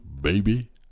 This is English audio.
Baby